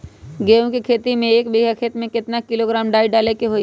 गेहूं के खेती में एक बीघा खेत में केतना किलोग्राम डाई डाले के होई?